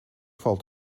valt